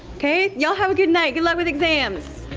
okay, y'all have a good night! good luck with exams!